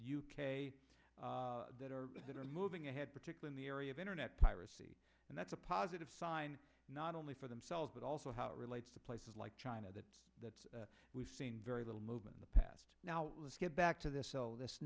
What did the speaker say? that are that are moving ahead particular in the area of internet piracy and that's a positive sign not only for themselves but also how it relates to places like china that that's we've seen very little movement the past now let's get back to this so this